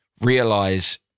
realize